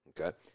Okay